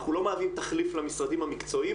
אנחנו לא מהווים תחליף למשרדים המקצועיים,